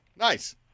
Nice